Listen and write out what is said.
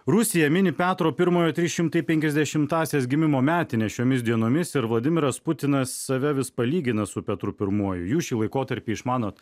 rusija mini petro pirmojo trys šimtai penkiasdešimtąsias gimimo metines šiomis dienomis ir vladimiras putinas save vis palygina su petru pirmuoju jūs šį laikotarpį išmanot